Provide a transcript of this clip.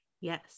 Yes